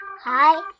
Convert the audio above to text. Hi